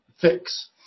fix